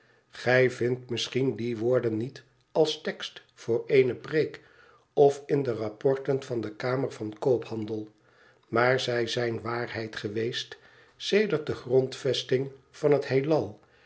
gij vindt misschien die woorden niet als tekst voor eene preek of in de rapporten van de kamer van koophandel maar zij zijn waarheid geweest sedert de grondvesting van het heelal